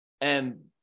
And-